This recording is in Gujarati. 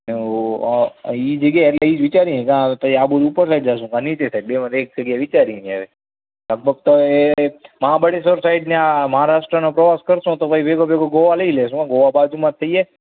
એ જગ્યા એટલે એ જ વિચારીએ કાં હવે પછી આબુથી ઉપરની સાઈડ કાં નીચે સાઈડ બેમાંથી એક જગ્યાએ વિચારીએ છીએ હવે લગભગ તો હવે મહાબળેશ્વર સાઈડ અને આ મહારાષ્ટ્રનો પ્રવાસ કરીશું તો ભેગું ભેગું ગોવા લઇ લઇશું શું ગોવા બાજુમાં જ થઇ જાય